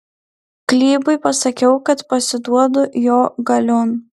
klybui pasakiau kad pasiduodu jo galion